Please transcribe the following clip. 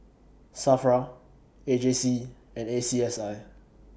SAFRA A J C and A C S I